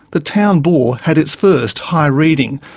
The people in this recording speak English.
the town bore had its first high reading.